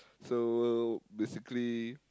so basically